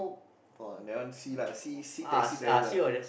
oh that one see lah see see taxi driver ah